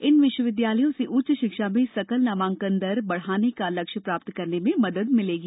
इन विश्वविद्यालयों से उच्च शिक्षा में सकल नामांकन दर बढ़ाने का लक्ष्य प्राप्त करने में मदद मिलेगी